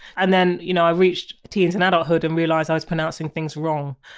and then you know i reached teens and adulthood and realised i was pronouncing things wrong.